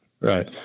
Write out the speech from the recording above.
Right